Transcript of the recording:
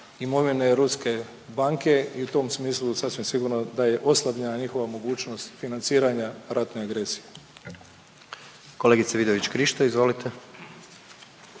imovine ruske banke i u tom smislu sasvim sigurno da je oslabljenja njihova mogućnost financiranja ratne agresije. **Jandroković, Gordan